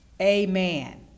Amen